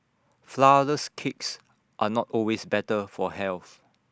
Flourless Cakes are not always better for health